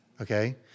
okay